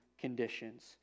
conditions